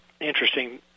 interesting